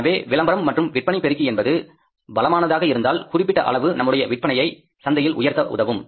எனவே விளம்பரம் மற்றும் விற்பனை பெருகி என்பது பலமானதாக இருந்தால் குறிப்பிட்ட அளவு நம்முடைய விற்பனையை சந்தையில் உயர்த்த உதவும்